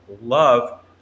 love